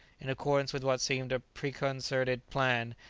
in accordance with what seemed a preconcerted plan,